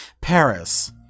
Paris